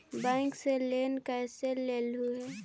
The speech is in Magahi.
बैंकवा से लेन कैसे लेलहू हे?